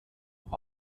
auch